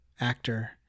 actor